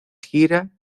gira